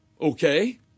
Okay